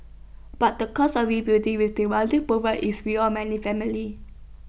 but the cost of rebuilding with the money provided is beyond many families